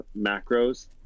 macros